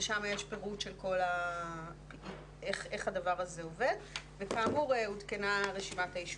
ששם יש פירוט של איך הדבר הזה עובד וכאמור עודכנה רשימת היישובים.